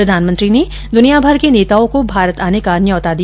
प्रधानमंत्री ने दुनियाभर के नेताओँ को भारत आने का न्यौता दिया